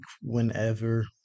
whenever